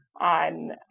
on